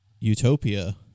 Utopia